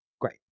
Great